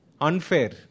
unfair